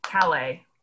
Calais